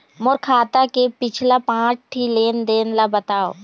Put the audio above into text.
मोर खाता के पिछला पांच ठी लेन देन ला बताव?